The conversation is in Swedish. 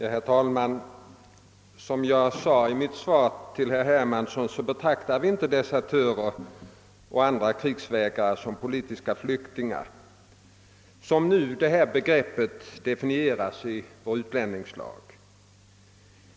Herr talman! Som jag sade i mitt svar till herr Hermansson betraktar vi inte desertörer och andra krigsvägrare som politiska flyktingar såsom detta begrepp definieras i vår utlänningslag.